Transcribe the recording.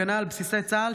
הגנה על בסיסי צה"ל,